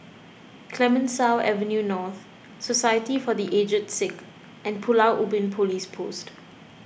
Clemenceau Avenue North Society for the Aged Sick and Pulau Ubin Police Post